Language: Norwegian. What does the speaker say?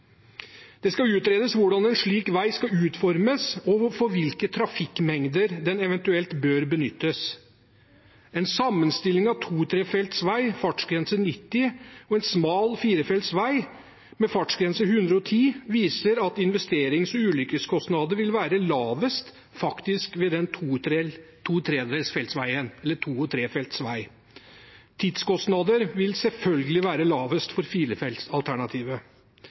skal utformes, og for hvilke trafikkmengder den eventuelt bør benyttes. En sammenstilling av to-/ trefeltsvei med fartsgrense på 90 km/t og en smal firefeltsvei med fartsgrense på 110 km/t viser at investerings- og ulykkeskostnader faktisk vil være lavest med en to-/ trefeltsvei. Tidskostnadene vil selvfølgelig være lavest for